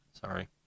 sorry